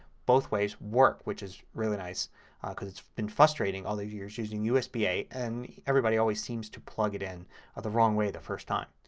both ways work which is really nice because it's been frustrating all these years using usba. and everybody always seems to plug it in the wrong way the first time.